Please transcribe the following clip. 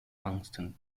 tungsten